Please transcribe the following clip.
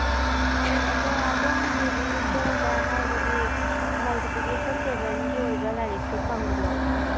ꯑꯗꯣ ꯑꯗꯣꯝꯒꯤ ꯕꯨꯛ ꯏꯁꯇꯣꯔꯗ ꯍꯥꯏꯕꯗꯤ ꯃꯜꯇꯤꯄ꯭ꯂꯤꯀꯦꯁꯟ ꯇꯦꯕꯜꯒꯤ ꯑꯣꯏꯕ ꯂꯥꯏꯔꯤꯛꯁꯨ ꯐꯪꯕ꯭ꯔꯣ